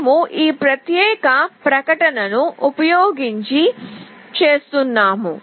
మేము ఈ ప్రత్యేక ప్రకటనను ఉపయోగించి చేస్తున్నాము